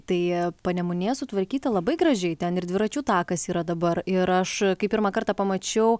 tai panemunė sutvarkyta labai gražiai ten ir dviračių takas yra dabar ir aš kai pirmą kartą pamačiau